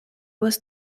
was